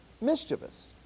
mischievous